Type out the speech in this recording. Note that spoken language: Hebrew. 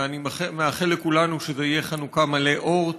ואני מאחל לכולנו שזה יהיה חנוכה מלא אור,